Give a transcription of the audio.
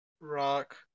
rock